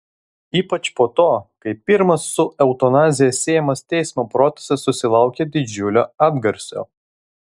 ypač po to kai pirmas su eutanazija siejamas teismo procesas susilaukė didžiulio atgarsio